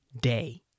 day